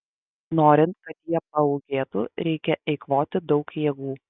norint kad jie paūgėtų reikia eikvoti daug jėgų